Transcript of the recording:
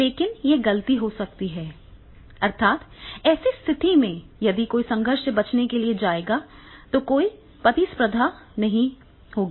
लेकिन यह गलती हो सकती है अर्थात् ऐसी स्थितियों में यदि कोई संघर्ष से बचने के लिए जाएगा तो कोई प्रतिस्पर्धा नहीं होगी